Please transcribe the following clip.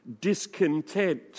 discontent